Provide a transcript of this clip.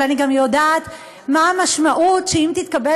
אבל אני גם יודעת מה המשמעות אם תתקבל